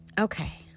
Okay